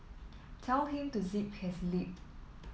tell him to zip his lip